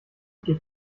geht